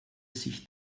sich